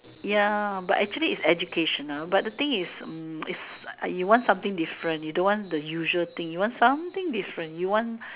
ya but actually is educational but the thing is mm is you want something different you don't want the usual thing you want something different you want